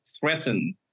threaten